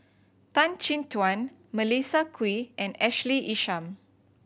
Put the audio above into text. Tan Chin Tuan Melissa Kwee and Ashley Isham